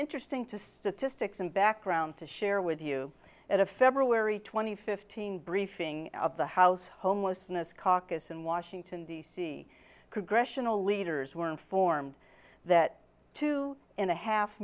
interesting to statistics and background to share with you at a february twenty fifth teen briefing of the house homelessness caucus in washington d c congressional leaders were informed that two and a half